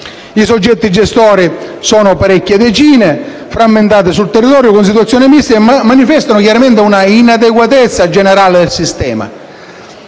I soggetti gestori sono parecchie decine, frammentati sul territorio, con situazioni miste e manifestano una inadeguatezza generale del sistema.